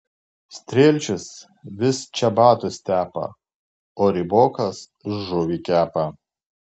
strielčius vis čebatus tepa o rybokas žuvį kepa